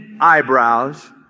eyebrows